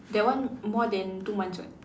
that one more than two months [what]